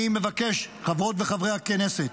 אני מבקש, חברות וחברי הכנסת,